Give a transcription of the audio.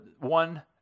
one